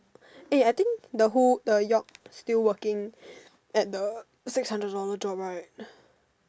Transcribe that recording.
eh I think the who the Yoke still working at the six hundred dollar job right